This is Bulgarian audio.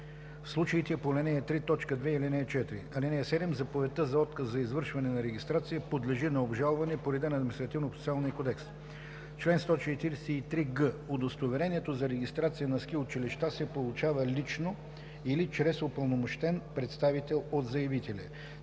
в случаите по ал. 3, т. 2 и ал. 4. (7) Заповедта за отказ за извършване на регистрация подлежи на обжалване по реда на Административнопроцесуалния кодекс. Чл. 143г. Удостоверението за регистрация на ски училище се получава лично или чрез упълномощен представител от заявителя.